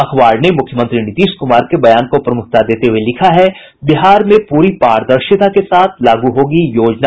अखबार ने मुख्यमंत्री नीतीश कुमार के बयान को प्रमुखता देते हुये लिखा है बिहार में पूरी पारदर्शिता के साथ लागू होगी योजना